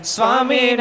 Swami